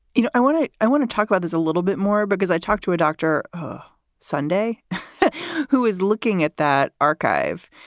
you know, i want to i want to talk about this a little bit more because i talked to a doctor sunday who is looking at that archive.